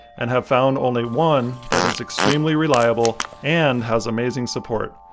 and have found only one that is extremely reliable and has amazing support.